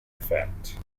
effect